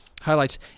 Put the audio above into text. highlights